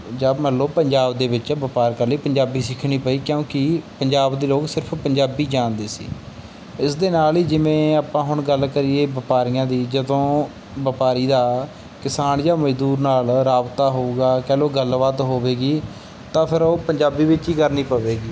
ਜਾਂ ਮੰਨ ਲਓ ਪੰਜਾਬ ਦੇ ਵਿੱਚ ਵਪਾਰ ਕਰਨ ਲਈ ਪੰਜਾਬੀ ਸਿੱਖਣੀ ਪਈ ਕਿਉਂਕਿ ਪੰਜਾਬ ਦੇ ਲੋਕ ਸਿਰਫ਼ ਪੰਜਾਬੀ ਜਾਣਦੇ ਸੀ ਇਸ ਦੇ ਨਾਲ ਹੀ ਜਿਵੇਂ ਆਪਾਂ ਹੁਣ ਗੱਲ ਕਰੀਏ ਵਪਾਰੀਆਂ ਦੀ ਜਦੋਂ ਵਪਾਰੀ ਦਾ ਕਿਸਾਨ ਜਾਂ ਮਜ਼ਦੂਰ ਨਾਲ ਰਾਬਤਾ ਹੋਊਗਾ ਕਹਿ ਲਓ ਗੱਲਬਾਤ ਹੋਵੇਗੀ ਤਾਂ ਫਿਰ ਉਹ ਪੰਜਾਬੀ ਵਿੱਚ ਹੀ ਕਰਨੀ ਪਵੇਗੀ